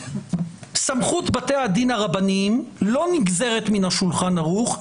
סמכות בתי הרבניים לא נגזרת מן השולחן ערוך,